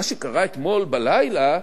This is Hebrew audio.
מה שקרה אתמול בלילה,